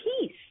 peace